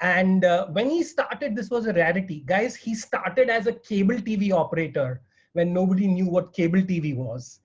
and when he started, this was a rarity, guys! he started as a cable tv operator when nobody knew what cable tv was.